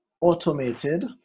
automated